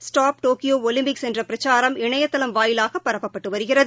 stop Tokyo Olympics என்ற பிரச்சாரம் இணையதளம் வாயிலாக பரப்பப்பட்டு வருகிறது